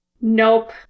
Nope